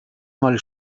mal